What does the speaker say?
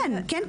כן,